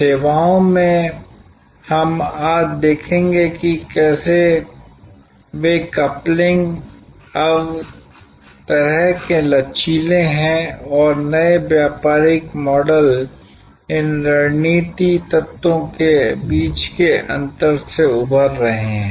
सेवाओं में हम आज देखेंगे कि कैसे वे कपलिंग अब तरह के लचीले हैं और नए व्यापारिक मॉडल इन रणनीति तत्वों के बीच के अंतर से उभर रहे हैं